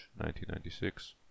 1996